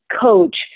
coach